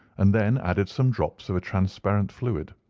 and then added some drops of a transparent fluid.